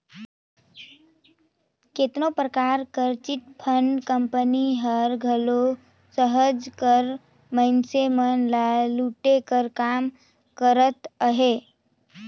केतनो परकार कर चिटफंड कंपनी हर घलो सहज कर मइनसे मन ल लूटे कर काम करत अहे